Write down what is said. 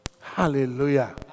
Hallelujah